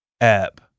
app